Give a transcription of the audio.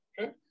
okay